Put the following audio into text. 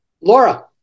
Laura